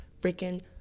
freaking